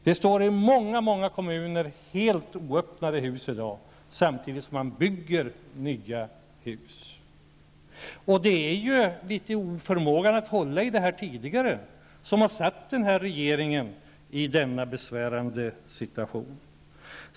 Det står i många många kommuner helt outnyttjade hus i dag, samtidigt som man bygger nya hus. Det är ju den tidigare oförmågan att hålla i det här som satt den nuvarande regeringen i denna besvärande situation.